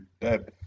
dead